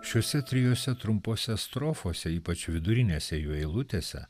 šiose trijose trumpose strofose ypač vidurinėse jų eilutėse